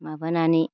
माबानानै